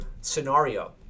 scenario